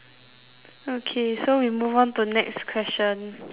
okay so we move on to next question